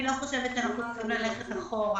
אני לא חושבת שאנחנו צריכים ללכת אחורה.